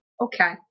Okay